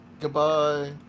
Goodbye